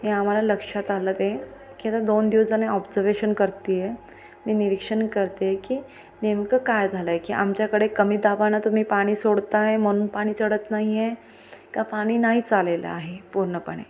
हे आम्हाला लक्षात आलं ते की आता दोन दिवस झाले ऑब्झवेशन करते आहे मी निरीक्षण करते आहे की नेमकं काय झालं आहे की आमच्याकडे कमी दाबानं तुम्ही पाणी सोडता आहे म्हणून पाणी चढत नाही आहे का पाणी नाहीच आलेलं आहे पूर्णपणे